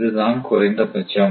இதுதான் குறைந்தபட்சம்